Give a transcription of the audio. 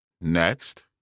Next